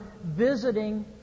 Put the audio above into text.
visiting